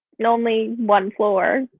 and only one floor.